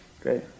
Great